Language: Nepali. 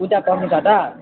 पूजा पर्सि छ त